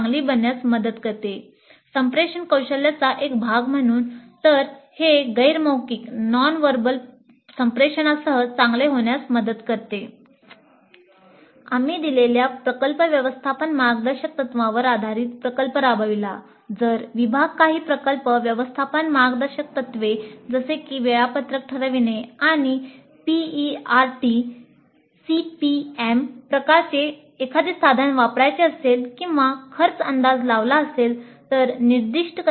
"आम्ही दिलेल्या प्रकल्प व्यवस्थापन मार्गदर्शक तत्त्वांवर आधारित प्रकल्प राबविला"